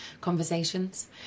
conversations